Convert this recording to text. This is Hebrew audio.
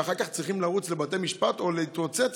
ואחר כך צריכים לרוץ לבתי משפט או להתרוצץ